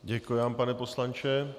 Děkuji vám, pane poslanče.